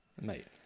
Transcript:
mate